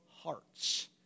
hearts